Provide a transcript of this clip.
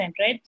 right